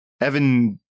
Evan